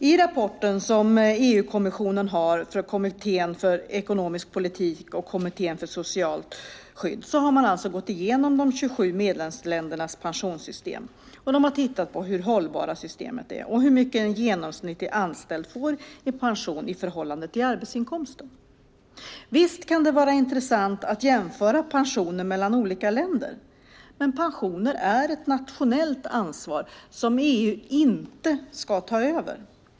I EU-kommissionens rapport från kommittén för ekonomisk politik och kommittén för socialt skydd har man alltså gått igenom de 27 medlemsländernas pensionssystem. Man har tittat på hur hållbara systemen är och hur mycket en genomsnittlig anställd får i pension i förhållande till arbetsinkomsten. Visst kan det vara intressant att jämföra pensioner mellan olika länder. Men pensioner är ett nationellt ansvar som EU inte ska ta över.